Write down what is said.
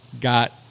got